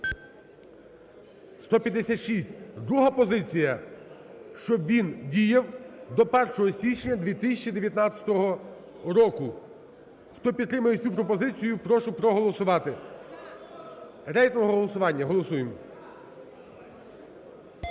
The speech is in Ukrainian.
За-156 Друга позиція, щоб він діяв до 1 січня 2019 року. Хто підтримує цю пропозицію, прошу проголосувати. Рейтингове голосування. Голосуємо.